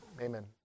Amen